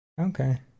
Okay